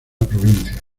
provincia